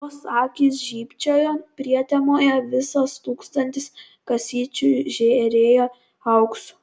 jos akys žybčiojo prietemoje visas tūkstantis kasyčių žėrėjo auksu